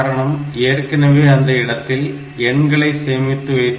காரணம் ஏற்கனவே அந்த இடத்தில் எண்களை சேமித்து வைத்து